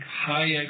high